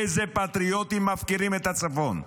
איזה פטריוטים מפקירים את הצפון?